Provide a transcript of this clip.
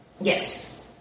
Yes